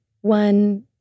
one